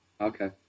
Okay